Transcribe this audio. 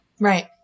Right